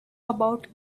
about